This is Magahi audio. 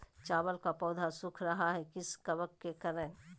चावल का पौधा सुख रहा है किस कबक के करण?